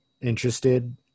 interested